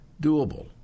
doable